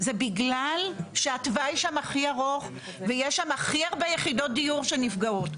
זה בגלל שהתוואי שם הכי ארוך ויש שם הכי הרבה יחידות דיור שנפגעות.